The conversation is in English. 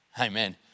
Amen